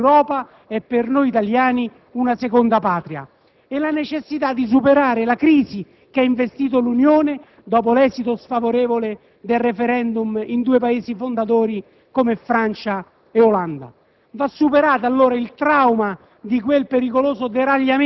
che, fin dal discorso del suo insediamento, ricordò che «l'Europa è per noi italiani una seconda Patria» e la necessità di superare la crisi che ha investito l'Unione dopo l'esito sfavorevole del *referendum* in due Paesi fondatori, come Francia e Olanda.